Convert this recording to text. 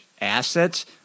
assets